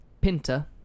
Pinta